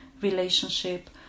relationship